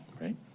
right